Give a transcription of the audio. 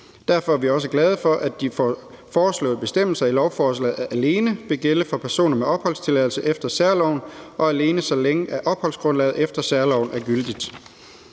Derfor er vi også glade for, at de foreslåede bestemmelser i lovforslaget alene vil gælde for personer med opholdstilladelse efter særloven og alene, så længe opholdsgrundlaget efter særloven er gyldigt.